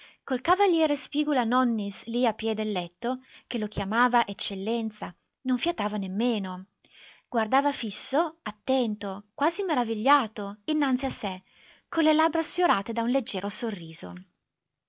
col cav spigula-nonnis lì a piè del letto che lo chiamava eccellenza non fiatava nemmeno guardava fisso attento quasi meravigliato innanzi a sé con le labbra sfiorate da un leggero sorriso